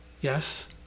yes